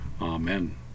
Amen